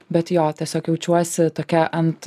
bet jo tiesiog jaučiuosi tokia ant